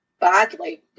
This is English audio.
badly